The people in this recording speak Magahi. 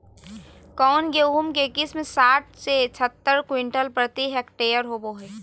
कौन गेंहू के किस्म साठ से सत्तर क्विंटल प्रति हेक्टेयर होबो हाय?